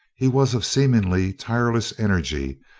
he was of seemingly tireless energy,